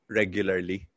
regularly